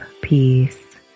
peace